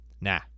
Nah